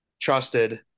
trusted